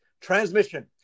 transmission